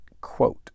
quote